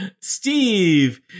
Steve